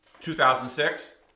2006